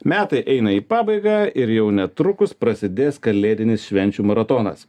metai eina į pabaigą ir jau netrukus prasidės kalėdinis švenčių maratonas